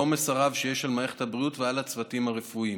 בעומס הרב שיש על מערכת הבריאות ועל הצוותים הרפואיים.